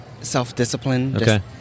self-discipline